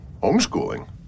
Homeschooling